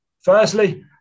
Firstly